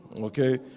Okay